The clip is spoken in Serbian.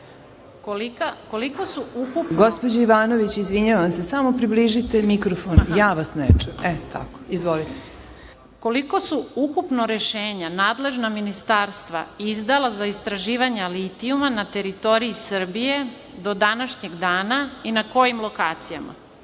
Koliko su ukupno rešenja nadležna ministarstva izdala za istraživanja litijuma na teritoriji Srbije do današnjeg dana i na kojim lokacijama?